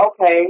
okay